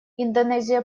индонезия